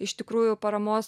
iš tikrųjų paramos